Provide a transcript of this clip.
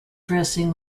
dressing